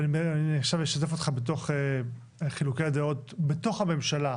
ואני עכשיו אשתף אותך בחילוקי דעות בתוך הממשלה.